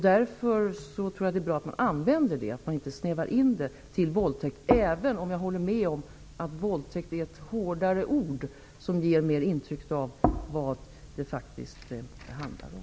Därför tycker jag att det är bra att använda det, för att inte snäva in det till våldtäkt, även om jag håller med om att våldtäkt är ett hårdare ord som mera ger intrycket av vad det faktiskt handlar om.